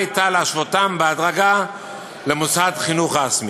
הייתה להשוות אותם בהדרגה למוסד חינוך רשמי.